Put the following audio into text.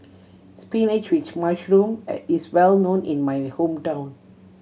spinach with mushroom is well known in my hometown